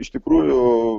iš tikrųjų